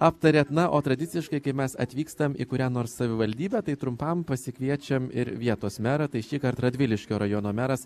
aptariat na o tradiciškai kai mes atvykstam į kurią nors savivaldybę tai trumpam pasikviečiam ir vietos merą tai šįkart radviliškio rajono meras